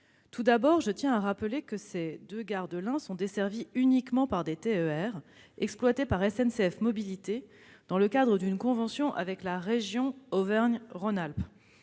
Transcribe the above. Tout d'abord, je tiens à rappeler que ces deux gares de l'Ain sont desservies uniquement par des TER exploités par SNCF Mobilités dans le cadre d'une convention avec la région Auvergne-Rhône-Alpes.